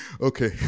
okay